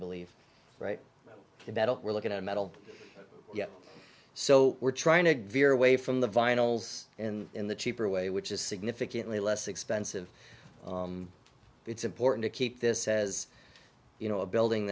believe right we're looking at a metal so we're trying to veer away from the vinyls and in the cheaper way which is significantly less expensive it's important to keep this says you know a building